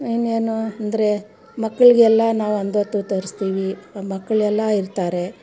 ಇನ್ನೇನು ಅಂದರೆ ಮಕ್ಕಳಿಗೆಲ್ಲ ನಾವು ಒಂದೊತ್ತು ತೋರಿಸ್ತೀವಿ ಮಕ್ಕಳೆಲ್ಲ ಇರ್ತಾರೆ